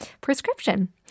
prescription